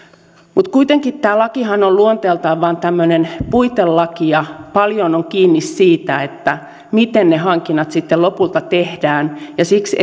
mutta kuitenkin tämä lakihan on luonteeltaan vain tämmöinen puitelaki ja paljon on kiinni siitä miten ne hankinnat sitten lopulta tehdään ja siksi